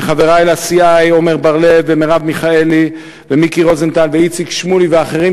וחברי לסיעה עמר בר-לב ומרב מיכאלי ומיקי רוזנטל ואיציק שמולי ואחרים,